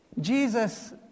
Jesus